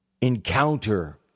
encounter